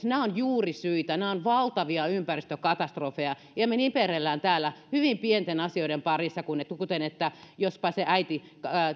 nämä ovat juurisyitä nämä ovat valtavia ympäristökatastrofeja ja me nipertelemme täällä hyvin pienten asioiden parissa kuten että jospa se äiti